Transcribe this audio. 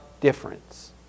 difference